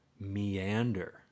meander